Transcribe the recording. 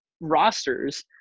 rosters